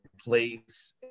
place